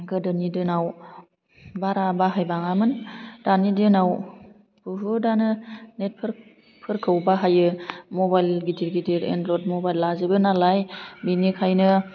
गोदोनि दिनाव बारा बाहायबाङामोन दानि दिनाव बहुदानो नेट फोरखौ बाहायो मबेल गिदिर गिदिर एनद्रइद मबाइल लाजोबो नालाय बेनिखायनो